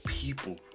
people